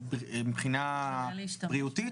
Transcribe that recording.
מבחינה בריאותית,